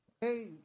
Hey